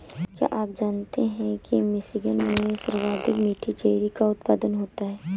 क्या आप जानते हैं कि मिशिगन में सर्वाधिक मीठी चेरी का उत्पादन होता है?